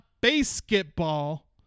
basketball